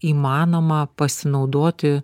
įmanoma pasinaudoti